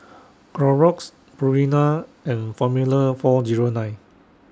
Clorox Purina and Formula four Zero nine